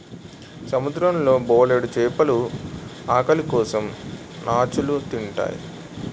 సముద్రం లో బోలెడు చేపలు ఆకలి కోసం నాచుని తింతాయి